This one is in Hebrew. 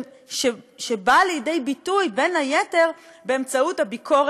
שבאה לידי ביטוי בין היתר בביקורת